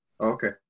Okay